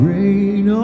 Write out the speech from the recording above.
Rain